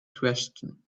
question